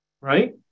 right